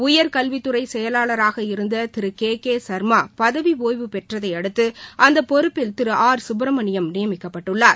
உயர்கல்வித்துறை செயலாளராக இருந்த திரு கே கே சன்மா பதவி ஓய்வு பெற்றதையடுத்து அந்த பொறுப்பில் திரு ஆர் சுப்ரமணியம் நியமிக்கப்பட்டுள்ளார்